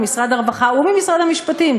ממשרד הרווחה וממשרד המשפטים.